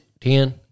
ten